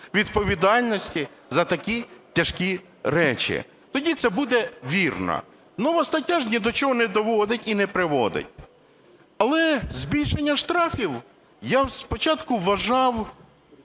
відповідальності за такі тяжкі речі, тоді це буде вірно. Нова стаття ж ні до чого не доводить і не приводить. Але збільшення штрафів, я спочатку вважав,